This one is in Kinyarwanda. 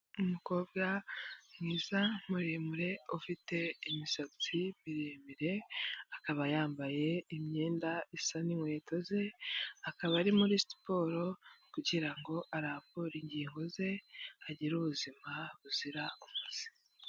Umukobwa mwiza muremure ufite imisatsi miremire, akaba yambaye imyenda isa n'inkweto ze. Akaba ari muri siporo kugirango arambure ingingo ze, agire ubuzima buzira umuze.